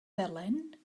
felen